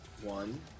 One